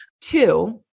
Two